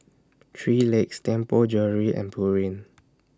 three Legs Tianpo Jewellery and Pureen